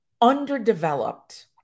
underdeveloped